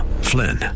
Flynn